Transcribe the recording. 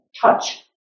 touch